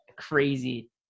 Crazy